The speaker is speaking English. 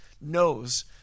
knows